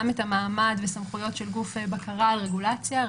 את המעמד וסמכויות של גוף בקרה על רגולציה,